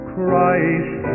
Christ